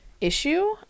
issue